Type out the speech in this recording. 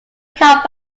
car